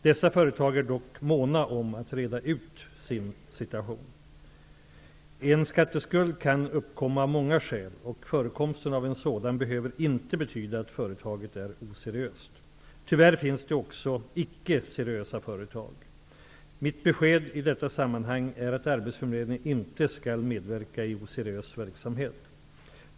Dessa företag är dock måna om att reda ut sin situation. En skatteskuld kan uppkomma av många skäl, och förekomsten av en sådan behöver inte betyda att företaget är oseriöst. Tyvärr finns det också icke seriösa företag. Mitt besked i detta sammanhang är att arbetsförmedlingen inte skall medverka i oseriös verksamhet.